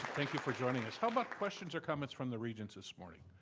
thank you for joining us. how about questions or comments from the regents this morning?